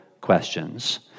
questions